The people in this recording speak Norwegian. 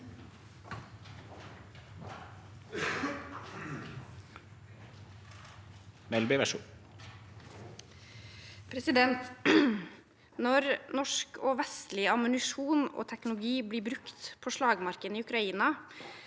Når norsk og vestlig am- munisjon og teknologi blir brukt på slagmarken i Ukraina,